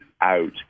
out